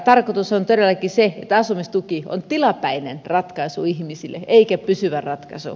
tarkoitus on todellakin se että asumistuki on tilapäinen ratkaisu ihmisille eikä pysyvä ratkaisu